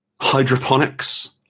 hydroponics